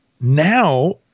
now –